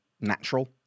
natural